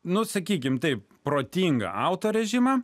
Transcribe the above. na sakykime taip protinga autorių režimą